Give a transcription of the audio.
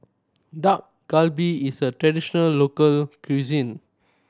Dak Galbi is a traditional local cuisine